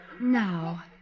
Now